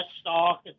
stock